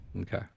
Okay